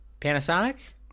Panasonic